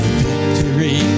victory